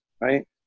right